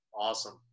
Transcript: Awesome